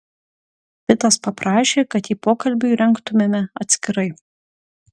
pitas paprašė kad jį pokalbiui rengtumėme atskirai